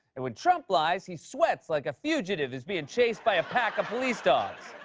and when trump lies, he sweats like a fugitive who's being chased by a pack of police dogs.